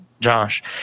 josh